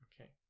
Okay